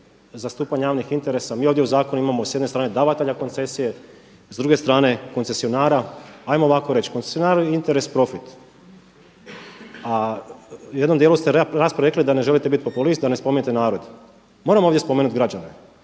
zastupanje javnih interesa, mi ovdje u zakonu s jedne strane davatelja koncesije, s druge strane koncesionara. Ajmo ovako reći, koncesionaru je interes profit, a u jednom dijelu rasprave ste rekli da ne želite biti populist da ne spominjete narod. Moram ovdje spomenuti građane